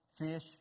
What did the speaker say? fish